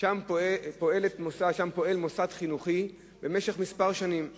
שם פועל מוסד חינוכי במשך שנים מספר.